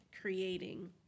creating